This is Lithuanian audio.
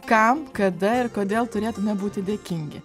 kam kada ir kodėl turėtume būti dėkingi